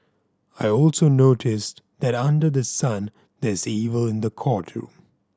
I also noticed that under the sun there is evil in the courtroom